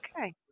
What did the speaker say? okay